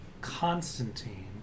Constantine